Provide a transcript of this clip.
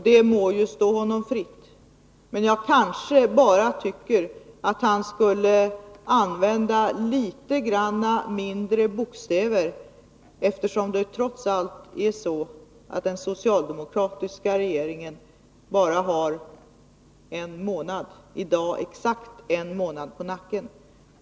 Det må ju stå honom fritt. Men jag tycker att han kanske skulle använda litet mindre bokstäver, eftersom det trots allt är så att den socialdemokratiska regeringen i dag har exakt en månad på nacken.